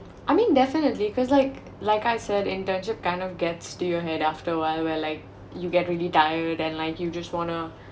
I mean definitely cause like like I said internship kind of gets to your head after awhile where like you get really tired then like you just want to